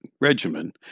regimen